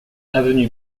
avenue